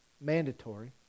mandatory